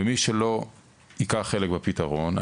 מי שלא ייקח חלק בפתרון,